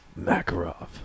Makarov